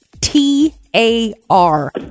T-A-R